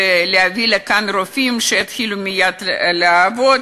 ולהביא לכאן רופאים שיתחילו מייד לעבוד,